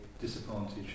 disadvantage